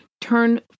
Turn